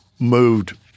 moved